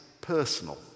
personal